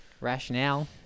rationale